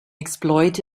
exploit